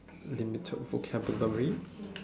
limited vocabulary